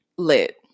Lit